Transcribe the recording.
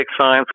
science